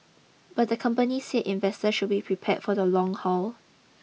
but the company said investors should be prepared for the long haul